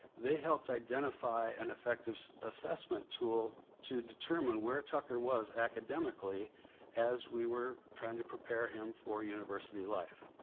they helped identify an effective assessment tool to determine where tucker was academically as we were trying to prepare him for university life.